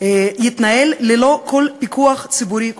יתנהל ללא כל פיקוח ציבורי כלשהו.